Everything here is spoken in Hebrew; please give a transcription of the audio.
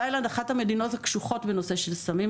תאילנד היא אחת המדינות הקשוחות בנושא סמים,